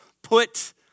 Put